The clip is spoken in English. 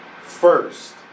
first